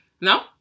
No